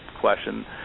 question